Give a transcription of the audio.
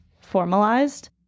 formalized